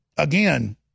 Again